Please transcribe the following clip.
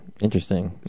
interesting